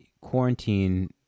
quarantine